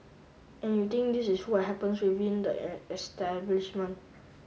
and you think this is what happens within the establishment